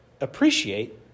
appreciate